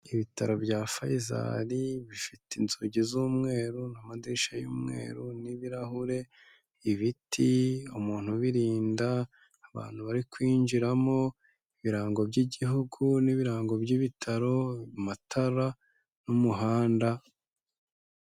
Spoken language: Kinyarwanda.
Ibitaro bya Faisal bifite inzugi z'umweru n'amadirishya y'umweru n'ibirahure, ibiti, umuntu ubirinda, abantu bari kwinjiramo, ibirango by'igihugu n'ibirango by'ibitaro, amatara n'umuhanda.